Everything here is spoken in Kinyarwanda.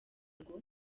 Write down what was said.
ingo